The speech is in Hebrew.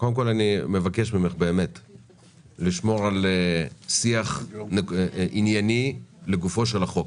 מבקש ממך לשמור על שיח ענייני לגופו של החוק.